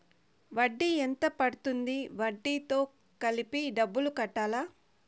వడ్డీ ఎంత పడ్తుంది? వడ్డీ తో కలిపి డబ్బులు కట్టాలా?